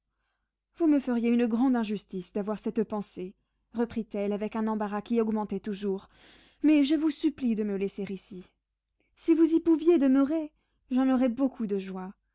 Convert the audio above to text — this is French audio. vous me feriez une grande injustice d'avoir cette pensée reprit-elle avec un embarras qui augmentait toujours mais je vous supplie de me laisser ici si vous y pouviez demeurer j'en aurais beaucoup de joie